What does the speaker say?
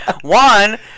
One